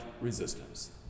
resistance